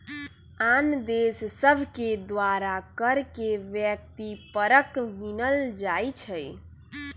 आन देश सभके द्वारा कर के व्यक्ति परक गिनल जाइ छइ